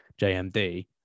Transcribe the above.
JMD